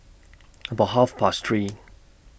about Half Past three